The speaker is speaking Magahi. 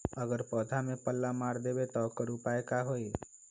अगर पौधा में पल्ला मार देबे त औकर उपाय का होई?